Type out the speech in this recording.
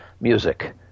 music